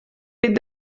pit